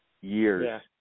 years